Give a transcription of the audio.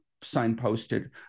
signposted